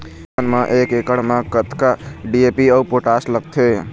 धान म एक एकड़ म कतका डी.ए.पी अऊ पोटास लगथे?